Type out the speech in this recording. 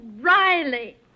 riley